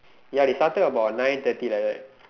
ya they started about nine thirty like that